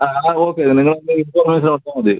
ആ ആ ഓക്കെ നിങ്ങൾ എൻ്റെ ഇൻഫർമേഷൻ ഓർത്താൽ മതി